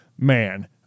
Man